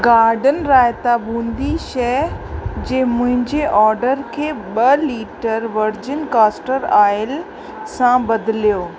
garden raita boondi शइ जे मुंहिंजे ऑडर खे ॿ लीटर वर्जिन कास्टर ऑइल सां बदिलियो